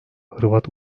hırvat